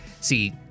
see